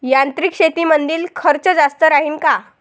यांत्रिक शेतीमंदील खर्च जास्त राहीन का?